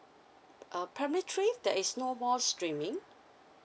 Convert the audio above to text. uh primary three there is no more streaming